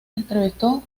entrevistó